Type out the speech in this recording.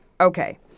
okay